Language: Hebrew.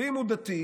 ואם הוא דתי,